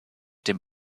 dem